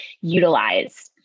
utilize